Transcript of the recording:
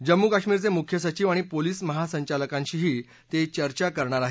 जम्मू कश्मीरचे मुख्य सचीव आणि पोलीस महासंचालकाशीही ते चर्चा करणार आहेत